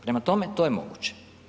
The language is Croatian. Prema tome, to je moguće.